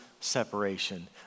separation